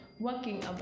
Working